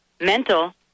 mental